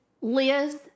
liz